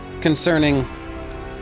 concerning